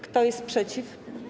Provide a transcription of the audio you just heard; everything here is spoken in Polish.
Kto jest przeciw?